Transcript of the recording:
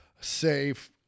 safe